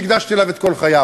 שהקדשתי לו את כל חיי: